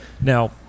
now